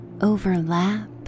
overlap